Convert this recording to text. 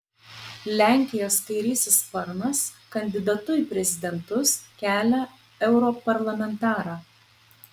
lenkijos kairysis sparnas kandidatu į prezidentus kelia europarlamentarą